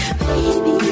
baby